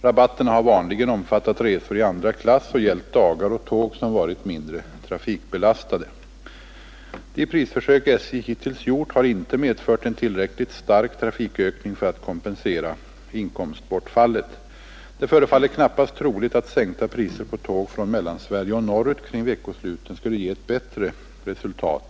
Rabatterna har vanligen omfattat resor i andra klass och gällt dagar och tåg som varit mindre trafikbelastade. De prisförsök SJ hittills gjort har inte medfört en tillräckligt stark trafikökning för att kompensera inkomstbortfallet. Det förefaller knappast troligt att sänkta priser på tåg från Mellansverige och norrut kring veckosluten skulle ge ett bättre resultat.